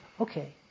Okay